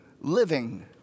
living